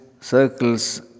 circles